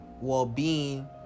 well-being